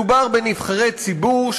מדובר בנבחרי ציבור,